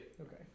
Okay